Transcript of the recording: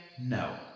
no